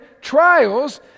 trials